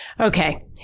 Okay